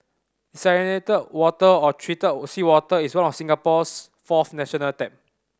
desalinated water or treated seawater is one of Singapore's fourth national tap